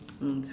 mm